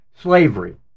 slavery